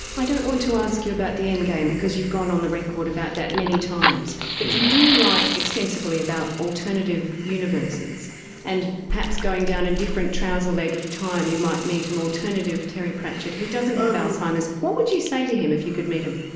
don't want to ask you about the end game because you've gone on the record about that many times but you do write extensively about alternative universes and perhaps going down a different trouser-leg of time you might meet an alternative terry pratchett who doesn't have alzheimer's. what would you say to him if you could meet him?